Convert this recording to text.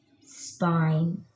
spine